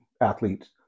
athletes